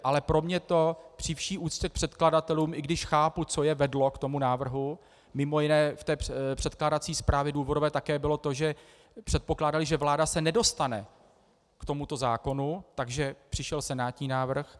Ale pro mě to při vší úctě k předkladatelům, i když chápu, co je vedlo k tomu návrhu, mimo jiné v té předkládací důvodové zprávě také bylo to, že předpokládali, že vláda se nedostane k tomuto zákonu, takže přišel senátní návrh.